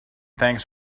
thanks